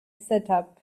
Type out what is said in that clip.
setup